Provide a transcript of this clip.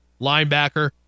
Linebacker